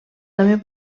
també